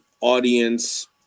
audience